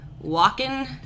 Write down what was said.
walking